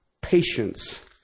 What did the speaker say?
patience